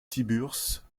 tiburce